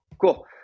Cool